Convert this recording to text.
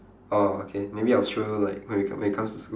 orh okay maybe I'll show you like when we when we comes to school